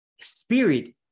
Spirit